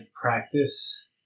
practice